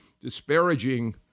disparaging